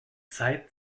zeit